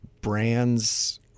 brands